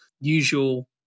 usual